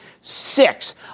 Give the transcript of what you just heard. Six